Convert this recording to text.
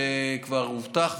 וכבר הובטח,